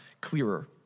clearer